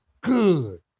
good